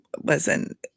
listen